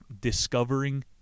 Discovering